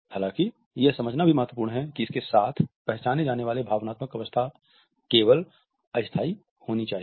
हालांकि यह समझना भी महत्वपूर्ण है कि इसके साथ पहचाने जाने वाली भावनात्मक अवस्था केवल अस्थायी होनी चाहिए